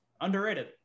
Underrated